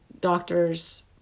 doctors